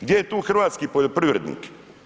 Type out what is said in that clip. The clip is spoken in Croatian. Gdje je tu hrvatski poljoprivrednik?